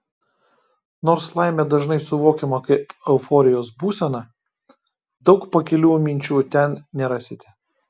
nors laimė dažnai suvokiama kaip euforijos būsena daug pakilių minčių ten nerasite